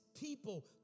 people